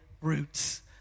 roots